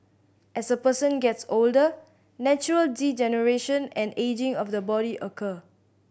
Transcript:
as a person gets older natural degeneration and ageing of the body occur